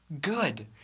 good